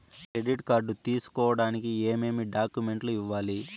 credit card తీసుకోడానికి ఏమేమి డాక్యుమెంట్లు ఇవ్వాలి